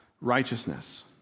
righteousness